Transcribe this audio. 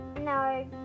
No